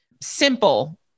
simple